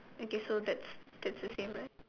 okay so that's that's the same right